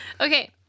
Okay